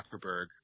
Zuckerberg